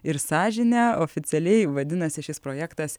ir sąžinę oficialiai vadinasi šis projektas